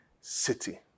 city